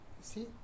See